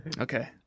Okay